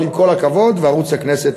אבל עם הכבוד: וערוץ הכנסת,